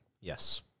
Yes